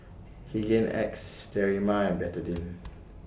Hygin X Sterimar and Betadine